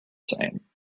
same